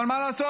אבל מה לעשות?